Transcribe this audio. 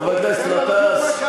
חבר הכנסת גטאס,